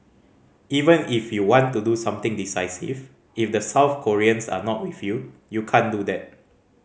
even if you want to do something decisive if the South Koreans are not with you you can't do that